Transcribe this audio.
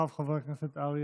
ואחריו, חבר הכנסת אריה